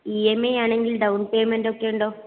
E M I ആണെങ്കിൽ down payment ഒക്കെ ഉണ്ടോ